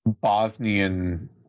Bosnian